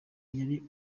yari